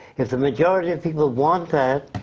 if a majority of people want that,